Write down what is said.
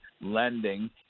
lending